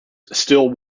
still